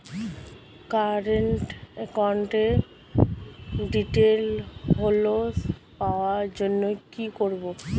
Current একাউন্টের details পাওয়ার জন্য কি করব?